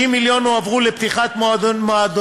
60 מיליון שקלים הועברו לפתיחת מועדונים